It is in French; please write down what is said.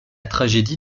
tragédie